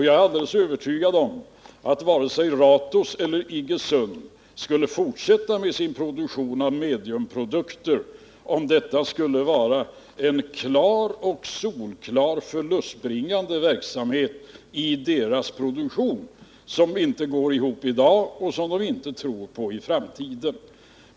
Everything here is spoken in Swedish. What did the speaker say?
Jag är alldeles övertygad om att varken Ratos eller Iggesund skulle fortsätta med sin produktion av mediumprodukter, om det skulle vara en solklart förlustbringande verksamhet som alltså inte går ihop och som de inte tror på för framtiden.